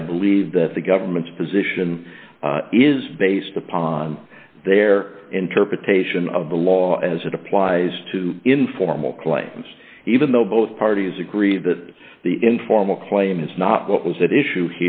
i believe that the government's position is based upon their interpretation of the law as it applies to informal claims even though both parties agree that the informal claim is not what was that issue